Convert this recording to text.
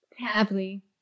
Happily